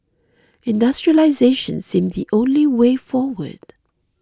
industrialisation seemed the only way forward